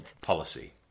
policy